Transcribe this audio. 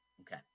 Okay